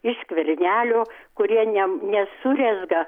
iš skvernelio kurie ne nesurezga